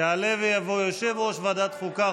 יעלה ויבוא יושב-ראש ועדת חוקה,